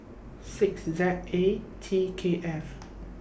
six Z A T K F